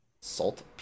Salt